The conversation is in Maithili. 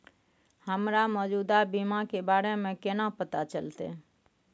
हमरा मौजूदा बीमा के बारे में केना पता चलते?